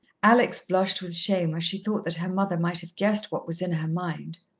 alex blushed with shame as she thought that her mother might have guessed what was in her mind.